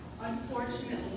Unfortunately